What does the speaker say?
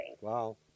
Wow